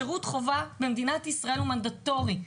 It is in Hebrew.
שירות חובה במדינת ישראל הוא מנדטורי,